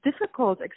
difficult